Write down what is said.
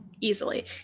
Easily